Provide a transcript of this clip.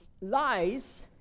lies